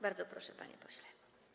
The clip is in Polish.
Bardzo proszę, panie pośle.